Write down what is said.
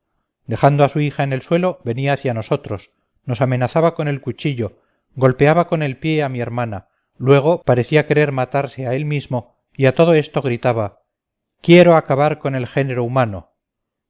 dejando a su hija en el suelo venía hacia nosotros nos amenazaba con el cuchillo golpeaba con el pie a mi hermana luego parecía querer matarse a él mismo y a todo esto gritaba así quiero acabar con el género humano